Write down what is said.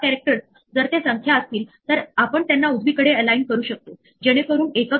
तर index error ही प्रत्यक्षात जी मध्ये अस्तित्वात आहे कारण एच ने काहीही केलेले नाही आपण फक्त त्याला एरर परत केली आहे